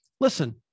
listen